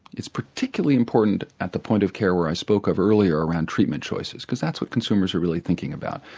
it's particularly important at the point of care where i spoke of earlier around treatment choices because that's what consumers are really thinking about.